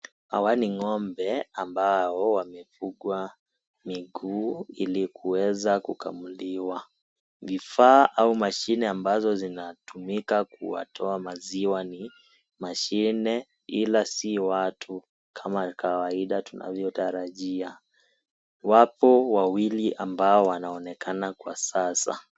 Hawa ni ng'ombe ambao wamefugwa miguu ili kuweza kukamuliwa, vifaa au mashine ambazo zinatumika kuwatoa maziwa ni mashine ila si watu kama kawaida tunavyotarajia, wapo wawili ambao wanaonekana kwa sasa.